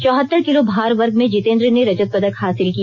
चौहत्तर किलो भार वर्ग में जितेन्द्र ने रजत पदक हासिल किया